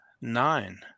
nine